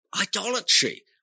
idolatry